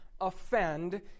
offend